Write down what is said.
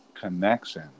connection